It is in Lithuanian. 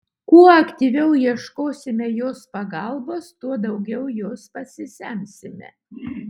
kuo aktyviau ieškosime jos pagalbos tuo daugiau jos pasisemsime